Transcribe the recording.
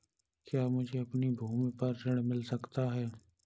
क्या मुझे अपनी भूमि पर ऋण मिल सकता है?